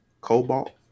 cobalt